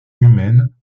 humaine